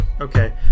Okay